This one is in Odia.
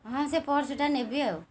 ହଁ ସେ ପର୍ସଟା ନେବି ଆଉ